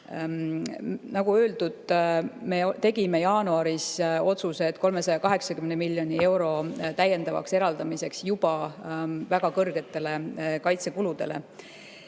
Nagu öeldud, me tegime jaanuaris otsuse 380 miljoni euro täiendavaks eraldamiseks juba väga kõrgetele kaitsekuludele.